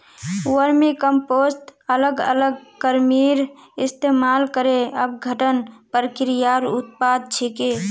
vermicompost अलग अलग कृमिर इस्तमाल करे अपघटन प्रक्रियार उत्पाद छिके